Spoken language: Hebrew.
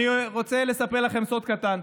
אני רוצה לספר לכם סוד קטן,